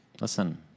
Listen